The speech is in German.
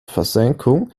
versenkung